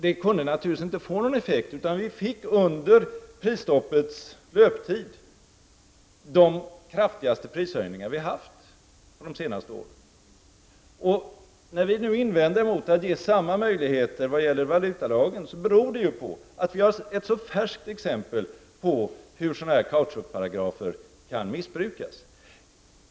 Det kunde naturligtvis inte få någon effekt, utan vi fick under prisstoppets löptid de kraftigaste prishöjningar vi haft under de senaste åren. När vi nu invänder mot att ge samma möjligheter när det gäller valutalagen beror det på att vi har ett så färskt exempel på hur sådana kautschukparagrafer kan missbrukas.